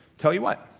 tell you what,